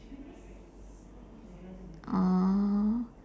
orh